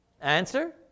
Answer